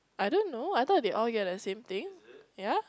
I don't know I thought they all get the same thing ya